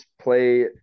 play